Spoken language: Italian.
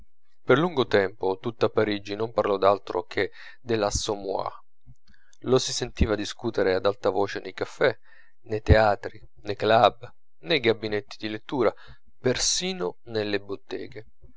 per lungo tempo tutta parigi non parlò d'altro che dell'assommoir lo si sentiva discutere ad alta voce nei caffè nei teatri nei club nei gabinetti di lettura persino nelle botteghe